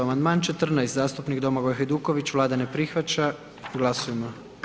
Amandman 14, zastupnik Domagoj Hajduković, Vlada ne prihvaća, glasujmo.